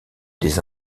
des